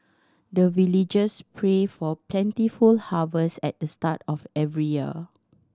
the villagers pray for plentiful harvest at the start of every year